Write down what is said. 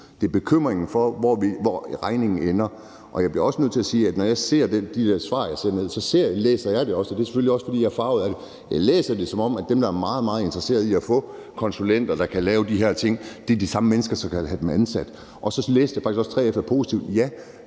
Det er bekymringen for, hvor regningen ender. Jeg bliver også nødt til at sige, at når jeg ser de der svar, læser jeg det også – og det er selvfølgelig også, fordi jeg er farvet af det – som om dem, der er meget, meget interesseret i at få konsulenter, der kan lave de her ting, er de samme mennesker, som kan have dem ansat. Så læste jeg faktisk også, at 3F er positive. Ja,